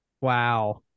Wow